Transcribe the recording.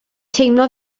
teimlo